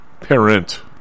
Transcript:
parent